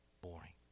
boring